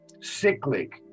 cyclic